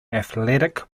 athletic